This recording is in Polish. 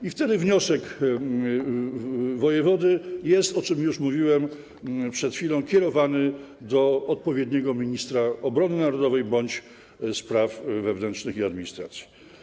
I wtedy wniosek wojewody, o czym już mówiłem przed chwilą, jest kierowany do odpowiedniego ministra - obrony narodowej bądź spraw wewnętrznych i administracji.